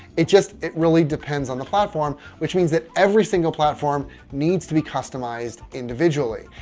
it just, it really depends on the platform which means that every single platform needs to be customized individually.